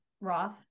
Roth